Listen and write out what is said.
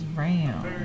round